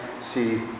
see